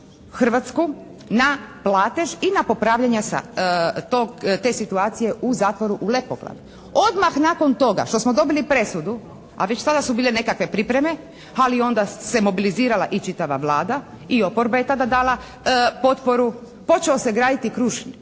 Hrvatsku na platež i na popravljanja sa tog, te situacije u zatvoru u Lepoglavi. Odmah nakon toga što smo dobili presudu, a već tada su bile nekakve pripreme, ali onda se mobilizirala i čitava Vlada i oporba je tada dala potporu počeo se graditi kružni